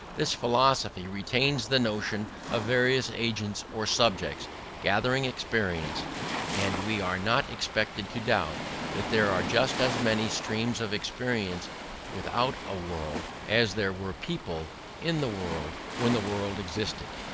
this philosophy retains the notion of various agents or subjects gathering experience and we are not expected to doubt that there are just as many streams of experience without a world, as there were people in the world when the world existed.